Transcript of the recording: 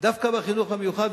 דווקא בחינוך המיוחד,